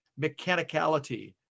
mechanicality